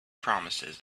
promises